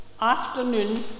afternoon